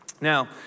Now